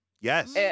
Yes